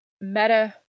meta